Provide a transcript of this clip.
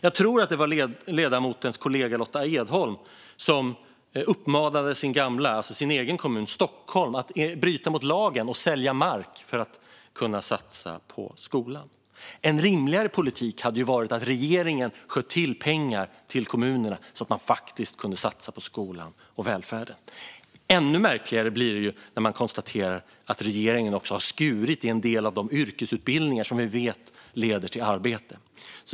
Jag tror att det var ledamotens kollega Lotta Edholm som uppmanade sin egen hemkommun Stockholm att bryta mot lagen och sälja mark för att kunna satsa på skolan. En rimligare politik hade varit att regeringen sköt till pengar till kommunerna så att de kunde satsa på skolan och välfärden. Ännu märkligare blir det när man konstaterar att regeringen har skurit i en del av de yrkesutbildningar som vi vet leder till arbete.